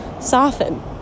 soften